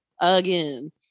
again